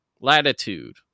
latitude